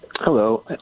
Hello